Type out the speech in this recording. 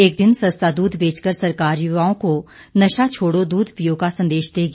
एक दिन सस्ता दूध बेचकर सरकार युवाओं को नशा छोड़ो दूध पियो का संदेश देगी